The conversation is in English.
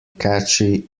cache